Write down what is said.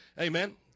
Amen